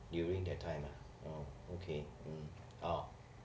during that time ah oh okay mm orh